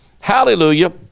hallelujah